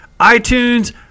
iTunes